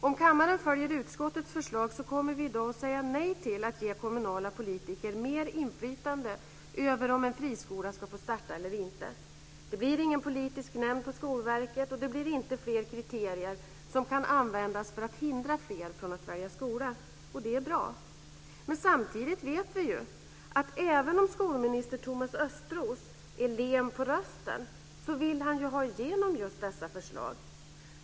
Om kammaren följer utskottets förslag kommer vi i dag att säga nej till att ge kommunala politiker mer inflytande över om en friskola ska få starta eller inte. Det blir ingen politisk nämnd på Skolverket, och det blir inte fler kriterier som kan användas för att hindra fler från att välja skola. Detta är bra. Samtidigt vet vi dock att även om skolminister Thomas Östros är len på rösten, så vill han ha igenom just detta förslag.